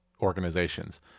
organizations